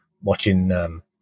watching